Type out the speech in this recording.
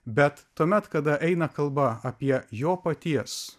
bet tuomet kada eina kalba apie jo paties